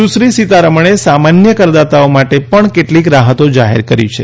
સુશ્રી સિતારમણે સામન્ય કરદાતાઓ માટે પણ કેટલીક રાહતો જાહેર કરી છે